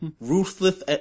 ruthless